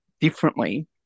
differently